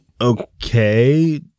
Okay